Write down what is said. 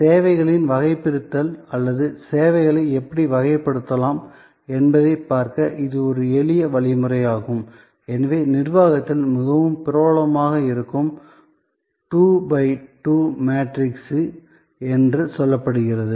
சேவைகளின் வகைபிரித்தல் அல்லது சேவைகளை எப்படி வகைப்படுத்தலாம் என்பதைப் பார்க்க இது ஒரு எளிய வழியாகும் எனவே நிர்வாகத்தில் மிகவும் பிரபலமாக இருக்கும் 2 பை 2 மேட்ரிக்ஸ் என்று சொல்லப்படுகிறது